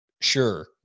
sure